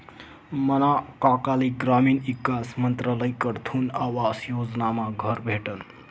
मना काकाले ग्रामीण ईकास मंत्रालयकडथून आवास योजनामा घर भेटनं